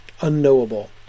unknowable